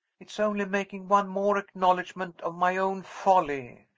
it's only making one more acknowledgment of my own folly.